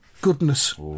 goodness